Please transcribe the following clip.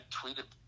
tweeted